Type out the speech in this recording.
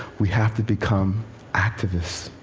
we have to become activists.